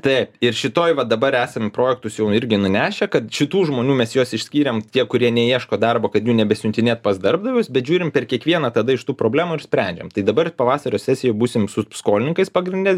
taip ir šitoj va dabar esam projektus jau irgi nunešę kad šitų žmonių mes juos išskyrėm tie kurie neieško darbo kad jų nebesiuntinėt pas darbdavius bet žiūrim per kiekvieną tada iš tų problemų ir sprendžiam tai dabar pavasario sesijoj būsim su skolininkais pagrinde